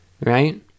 right